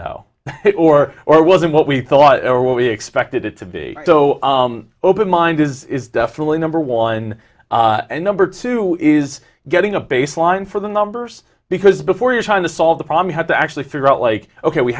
know or or wasn't what we thought or what we expected it to be so open mind is definitely number one and number two is getting a baseline for the numbers because before you're trying to solve the problem you have to actually figure out like ok we